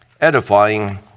edifying